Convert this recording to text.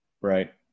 Right